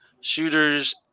shooters